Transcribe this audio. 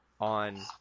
on